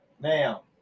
Now